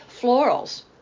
Florals